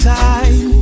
time